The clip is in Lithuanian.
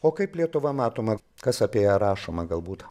o kaip lietuva matoma kas apie ją rašoma galbūt